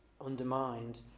undermined